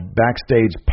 backstage